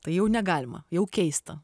tai jau negalima jau keista